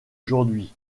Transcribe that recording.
aujourd’hui